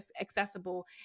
accessible